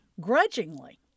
grudgingly